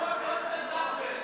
החמאה נוטפת